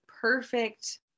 perfect